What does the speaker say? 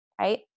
right